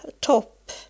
Top